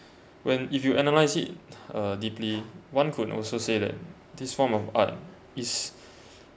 when if you analyse it uh deeply one could also say that this form of art is